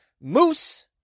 moose